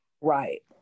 Right